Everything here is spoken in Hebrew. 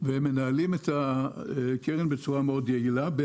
ומנהלים את הקרן בצורה יעילה מאוד,